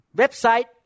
website